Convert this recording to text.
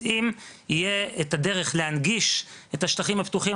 אז אם יהיה את הדרך להנגיש את השטחים הפתוחים,